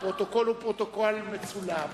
הפרוטוקול הוא פרוטוקול מצולם.